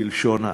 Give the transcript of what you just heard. בלשון העם.